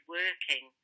working